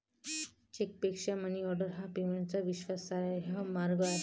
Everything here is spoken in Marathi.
चेकपेक्षा मनीऑर्डर हा पेमेंटचा विश्वासार्ह मार्ग आहे